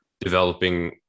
developing